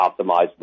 optimized